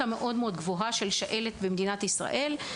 השעלת הגבוהה שנפוצה במדינת ישראל.